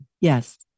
Yes